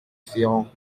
féron